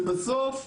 ובסוף,